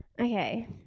Okay